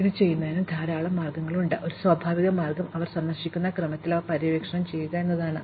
ഇത് ചെയ്യുന്നതിന് ധാരാളം മാർഗങ്ങളുണ്ട് പക്ഷേ ഒരു സ്വാഭാവിക മാർഗം അവർ സന്ദർശിക്കുന്ന ക്രമത്തിൽ അവ പര്യവേക്ഷണം ചെയ്യുക എന്നതാണ്